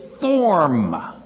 form